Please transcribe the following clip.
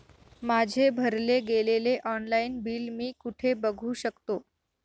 माझे भरले गेलेले ऑनलाईन बिल मी कुठे बघू शकतो?